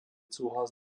súhlas